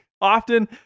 Often